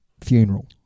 funeral